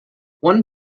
one